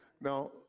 Now